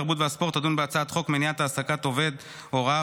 התרבות והספורט תדון בהצעת חוק מניעת העסקת עובד הוראה